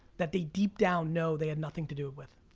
that they deep down know they have nothing to do with.